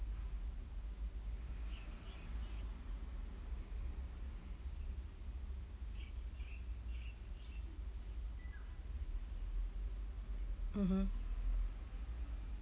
mmhmm